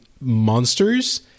monsters